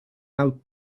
out